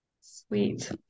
Sweet